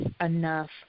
enough